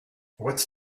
what’s